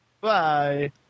Bye